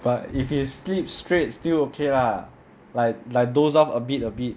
but if he sleeps straight still okay lah like like doze off a bit a bit